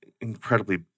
incredibly